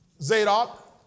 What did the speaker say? Zadok